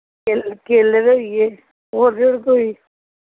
केल केले दे होई गे होर बी होर कोई